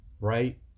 right